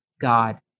God